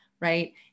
right